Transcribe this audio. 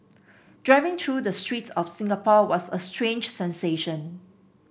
driving through the streets of Singapore was a strange sensation